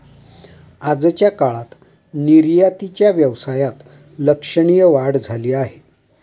आजच्या काळात निर्यातीच्या व्यवसायात लक्षणीय वाढ झाली आहे